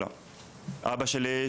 אבא שלי,